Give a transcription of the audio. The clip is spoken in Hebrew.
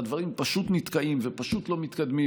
והדברים פשוט נתקעים ופשוט לא מתקדמים,